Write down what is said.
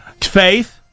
Faith